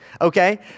okay